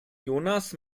jonas